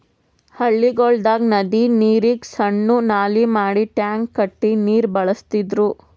ಹಳ್ಳಿಗೊಳ್ದಾಗ್ ನದಿ ನೀರಿಗ್ ಸಣ್ಣು ನಾಲಿ ಮಾಡಿ ಟ್ಯಾಂಕ್ ಕಟ್ಟಿ ನೀರ್ ಬಳಸ್ತಿದ್ರು